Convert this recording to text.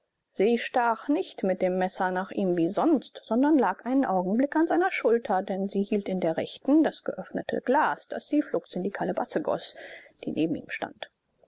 sie stach nicht mit dem messer nach ihm wie sonst sondern lag einen augenblick an seiner schulter denn sie hielt in der rechten das geöffnete glas das sie flugs in die kalebasse goß die neben ihm stand